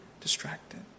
distracted